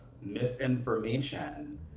misinformation